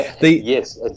Yes